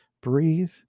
breathe